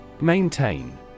maintain